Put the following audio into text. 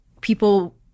people